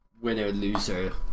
winner-loser